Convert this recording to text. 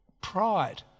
pride